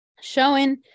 Showing